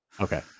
okay